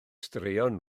straeon